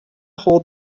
hold